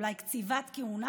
אולי קציבת כהונה,